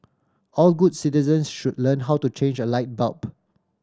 all good citizen should learn how to change a light bulb